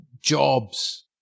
Jobs